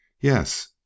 Yes